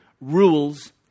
rules